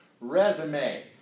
Resume